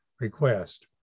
request